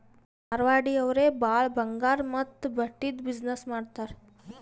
ಮಾರ್ವಾಡಿ ಅವ್ರೆ ಭಾಳ ಬಂಗಾರ್ ಮತ್ತ ಬಟ್ಟಿದು ಬಿಸಿನ್ನೆಸ್ ಮಾಡ್ತಾರ್